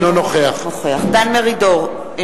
אינו נוכח דן מרידור,